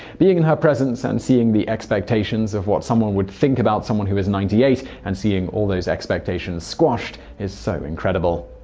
being in her presence and seeing the expectations of what someone would think about someone who is ninety eight and seeing all those expectations squashed, is so incredible.